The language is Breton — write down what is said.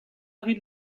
rit